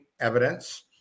evidence